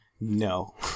no